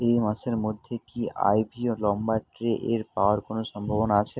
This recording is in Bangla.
এই মাসের মধ্যে কি আই ভি ও লম্বা ট্রে এর পাওয়ার কোনো সম্ভাবনা আছে